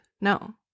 no